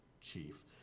chief